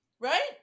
Right